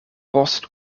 post